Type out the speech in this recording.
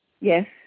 Yes